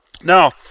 Now